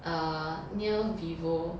err near vivo